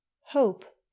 hope